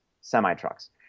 semi-trucks